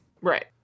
Right